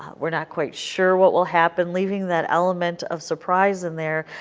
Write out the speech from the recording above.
we are not quite sure what will happen leaving that element of surprise in there,